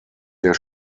der